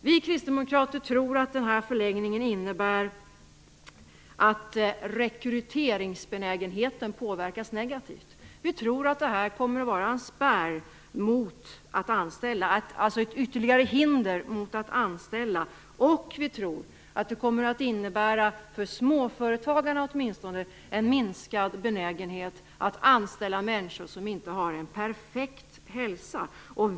Vi kristdemokrater tror att förlängningen innebär att rekryteringsbenägenheten påverkas negativt. Vi tror att detta kommer att bli ett ytterligare hinder för att anställa och att det när det gäller småföretagarna kommer att innebära en minskad benägenhet att anställa människor som inte har perfekt hälsa.